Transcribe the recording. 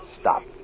Stop